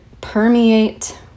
permeate